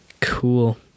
Cool